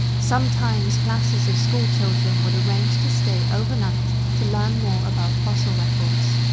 sometimes classes of schoolchildren would arrange to stay overnight to learn more about fossil records.